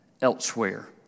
elsewhere